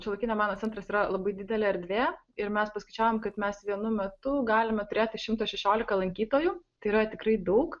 šiuolaikinio meno centras yra labai didelė erdvė ir mes paskaičiavom kad mes vienu metu galime turėti šimtą šešiolika lankytojų tai yra tikrai daug